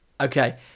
okay